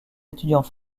étudiants